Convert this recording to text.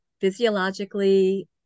physiologically